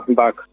back